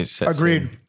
Agreed